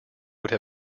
would